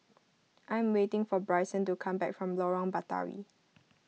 I am waiting for Bryson to come back from Lorong Batawi